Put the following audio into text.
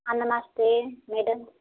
हाँ नमस्ते मैडम